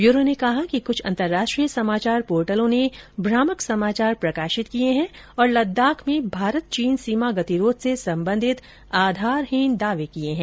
bureau ने कहा है कि कुछ अंतरराष्ट्रीय समाचार पोर्टलों ने भ्रामक समाचार प्रकाशित किए हैं और लद्दाख में भारत चीन सीमा गतिरोध से संबंधित आधारहीन दावे किए हैं